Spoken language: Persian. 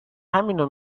همینو